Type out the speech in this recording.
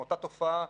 מאותה תופעה.